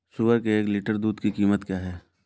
सुअर के एक लीटर दूध की कीमत क्या है?